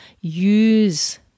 use